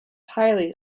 highly